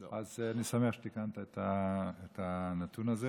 אז אני שמח שתיקנת את הנתון הזה